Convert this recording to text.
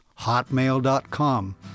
hotmail.com